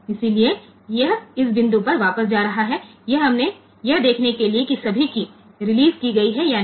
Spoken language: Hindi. इसलिए यह इस बिंदु पर वापस जा रहा है यह देखने के लिए कि सभी कीय रिलीज़ की गई हैं या नहीं